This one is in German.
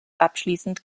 abschließend